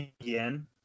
again